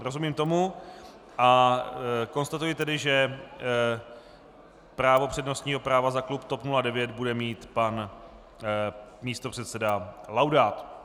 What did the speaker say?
Rozumím tomu a konstatuji tedy, že právo přednostního práva za klub TOP 09 bude mít pan místopředseda Laudát.